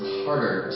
harder